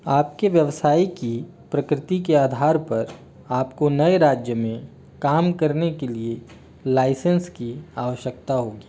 आपके व्यवसाय की प्रकृती के आधार पर आपको नए राज्य में काम करने के लिए लाइसेंस की आवश्यकता होगी